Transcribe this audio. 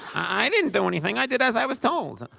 i didn't do anything. i did as i was told.